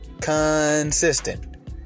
consistent